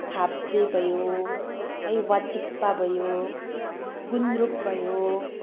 खाब्जे भयो है वाचिप्पा भयो गुन्द्रुक भयो